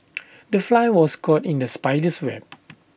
the fly was caught in the spider's web